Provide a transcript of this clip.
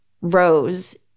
rose